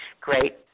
Great